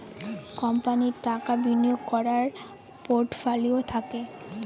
কোম্পানির টাকা বিনিয়োগ করার পোর্টফোলিও থাকে